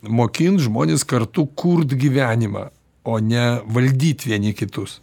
mokint žmones kartu kurt gyvenimą o ne valdyt vieni kitus